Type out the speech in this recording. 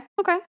Okay